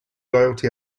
loyalty